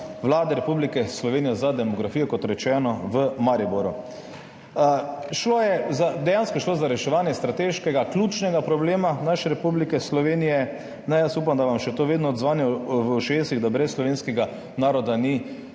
Vlade Republike Slovenije za demografijo, kot rečeno, v Mariboru. Dejansko je šlo za reševanje strateškega, ključnega problema naše Republike Slovenije. Jaz upam, da bom še to vedno odzvanja v ušesih, da brez slovenskega naroda ni